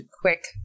Quick